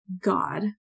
God